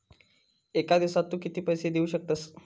एका दिवसात तू किती पैसे देऊ शकतस?